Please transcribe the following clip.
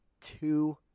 two